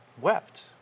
wept